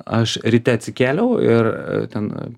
aš ryte atsikėliau ir ten